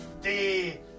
stay